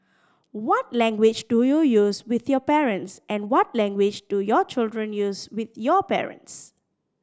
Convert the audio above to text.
what language do you use with your parents and what language do your children use with your parents